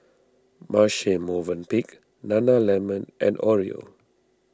Marche Movenpick Nana Lemon and Oreo